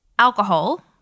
Alcohol